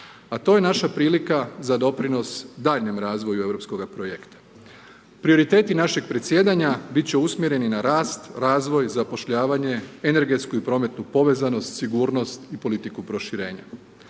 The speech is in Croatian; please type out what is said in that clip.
A to je naša prilika za doprinos daljnjem razvoju europskoga projekta. Prioriteti našeg predsjedanja bit će usmjereni na rast, razvoj, zapošljavanje, energetsku i prometnu povezanost, sigurnost i politiku proširenja.